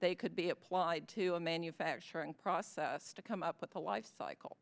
they could be applied to a manufacturing process to come up with a lifecycle